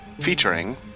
featuring